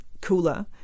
cooler